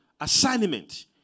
assignment